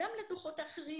גם לדוחות האחרים.